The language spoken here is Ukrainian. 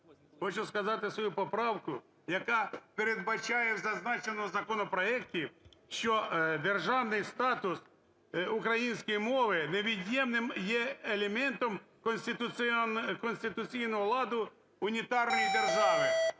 хочу сказати свою поправку, яка передбачає в зазначеному законопроекті, що державний статус української мови невід'ємним є елементом конституційного ладу унітарної держави.